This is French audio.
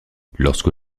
lorsque